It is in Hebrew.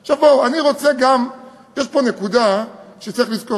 יש פה נקודה שצריך לזכור.